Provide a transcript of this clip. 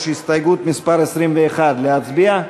יש הסתייגות, מס' 21. להצביע?